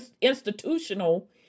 institutional